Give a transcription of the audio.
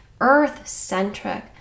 Earth-centric